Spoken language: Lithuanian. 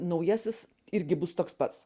naujasis irgi bus toks pats